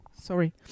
sorry